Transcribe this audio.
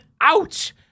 out